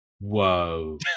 Whoa